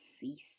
feast